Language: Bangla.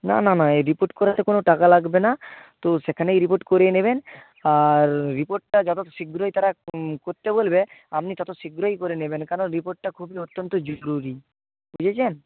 না না না এ রিপোর্ট করাতে কোনো টাকা লাগবে না তো সেখানেই রিপোর্ট করিয়ে নেবেন আর রিপোর্টটা যতো শীঘ্রই তারা করতে বলবে আপনি ততো শীঘ্রই করে নেবেন কারণ রিপোর্টটা খুবই অত্যন্ত জরুরি বুঝেছেন